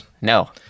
No